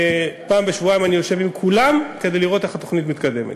פעם בשבועיים אני יושב עם כולם כדי לראות איך התוכנית מתקדמת.